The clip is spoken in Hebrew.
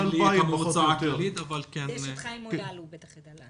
אבל --- יש את חיים מויאל לזה.